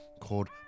called